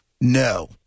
No